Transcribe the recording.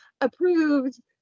approved